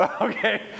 okay